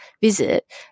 visit